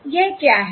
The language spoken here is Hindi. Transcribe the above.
यह क्या है